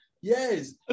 Yes